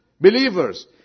believers